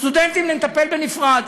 בסטודנטים נטפל בנפרד.